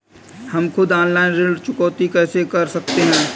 हम खुद ऑनलाइन ऋण चुकौती कैसे कर सकते हैं?